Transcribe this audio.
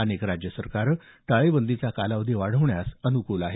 अनेक राज्य सरकार टाळेबंदीचा कालावधी वाढवण्यास अनुकूल आहेत